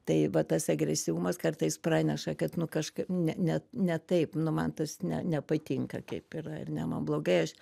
tai va tas agresyvumas kartais praneša kad nu kaž ne ne ne taip nu man tas ne nepatinka kaip yra ar ne man blogai aš